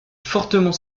fortement